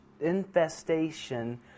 infestation